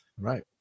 Right